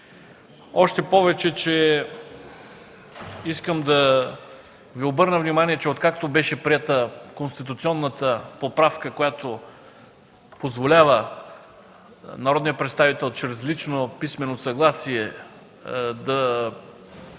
още повече, че, искам да Ви обърна внимание, откакто беше приета конституционната поправка, която позволява народният представител чрез лично писмено съгласие да приеме